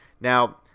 now